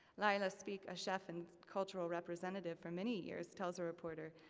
lila speak, chef and cultural representative for many years, tells a reporter,